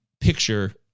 picture